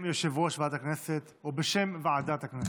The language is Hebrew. בשם יושב-ראש ועדת הכנסת או בשם ועדת הכנסת.